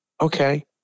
Okay